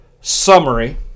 summary